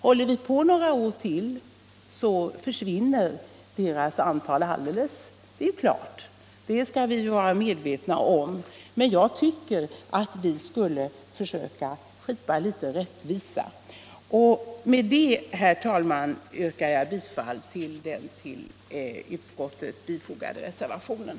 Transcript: Håller vi på några år till försvinner de alldeles. Men innan dess borde vi försöka skipa rättvisa. Med detta, herr talman, yrkar jag bifall till den vid utskottets betänkande fogade reservationen.